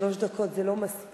שלוש דקות זה לא מספיק,